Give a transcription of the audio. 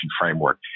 framework